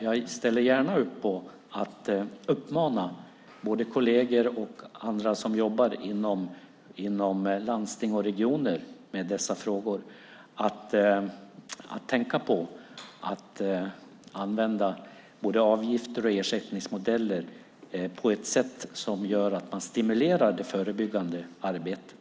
Jag ställer gärna upp på att uppmana både kolleger och andra som jobbar inom landsting och regioner med dessa frågor att tänka på att använda både avgifter och ersättningsmodeller på ett sätt som gör att man stimulerar det förebyggande arbetet.